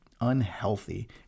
unhealthy